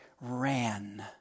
ran